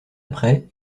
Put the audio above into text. après